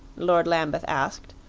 lord lambeth asked,